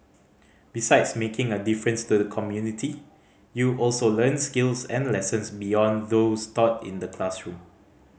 besides making a difference to the community you also learn skills and lessons beyond those taught in the classroom